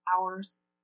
hours